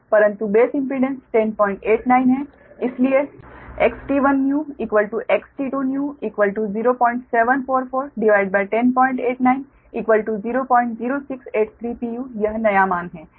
परंतु base impedance 1089 है इसलिए XT1 newXT2 new07441089 00683 pu यह नया मान है